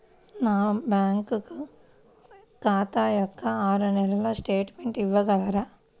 నా బ్యాంకు ఖాతా యొక్క ఆరు నెలల స్టేట్మెంట్ ఇవ్వగలరా?